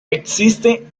existe